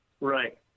Right